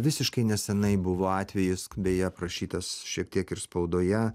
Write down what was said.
visiškai nesenai buvo atvejis beje aprašytas šiek tiek ir spaudoje